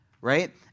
right